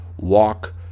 walk